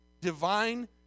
divine